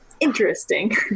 Interesting